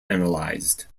analyzed